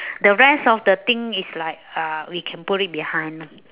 the rest of the thing is like uh we can put it behind